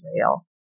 Israel